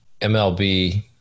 MLB